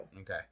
okay